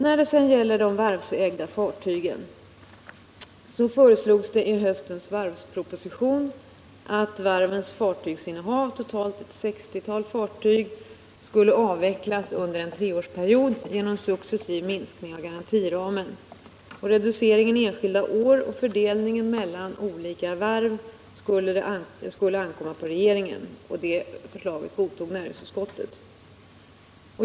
När det gäller de varvsägda fartygen föreslogs det i höstens varvsproposition att varvens fartygsinnehav, totalt ett 60-tal fartyg, skulle avvecklas under en treårsperiod genom en successiv minskning av garantiramen. Reduceringen enskilda år och fördelningen mellan olika varv skulle det ankomma på regeringen att avgöra, och det förslaget godtog näringsutskottet.